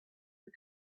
the